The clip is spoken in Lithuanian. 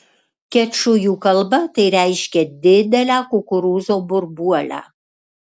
kečujų kalba tai reiškia didelę kukurūzo burbuolę